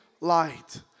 light